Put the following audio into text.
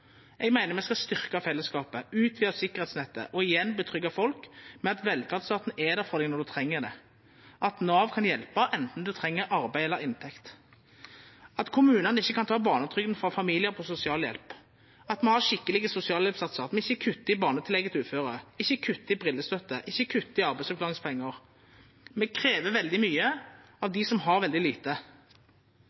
Eg meiner me skal styrkja fellesskapet, utvida sikkerheitsnettet og igjen tryggja folk med at velferdsstaten er der for dei når dei treng det, at Nav kan hjelpa anten ein treng arbeid eller inntekt, at kommunane ikkje kan ta barnetrygda frå familiar på sosialhjelp, at me har skikkelege sosialhjelpssatsar, at me ikkje kuttar i barnetillegget til uføre, ikkje kuttar i brillestøtte, ikkje kuttar i arbeidsavklaringspengar. Me krev veldig mykje av dei som har veldig lite.